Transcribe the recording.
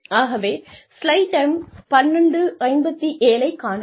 ஆகவே -ஐ காணுங்கள்